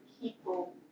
people